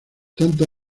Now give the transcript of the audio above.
tanto